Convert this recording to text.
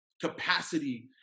Capacity